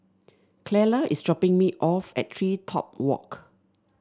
Clella is dropping me off at TreeTop Walk